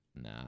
Nah